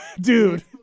Dude